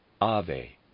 Ave